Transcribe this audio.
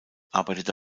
arbeitet